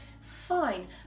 fine